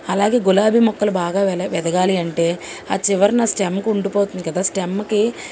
అలాగే గులాబీ మొక్కలు బాగా వెల ఎదగాలి అంటే ఆ చివరన స్టెమ్కి ఉండిపోతుంది కదా స్టెమ్కి